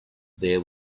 there